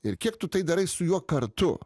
ir kiek tu tai darai su juo kartu